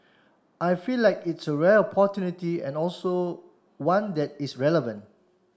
I feel like it's a rare and also one that is relevant